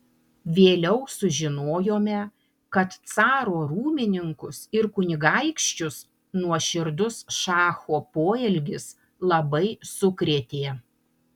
vėliau sužinojome kad caro rūmininkus ir kunigaikščius nuoširdus šacho poelgis labai sukrėtė